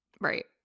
right